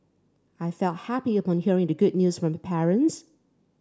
I felt happy upon hearing the good news from my parents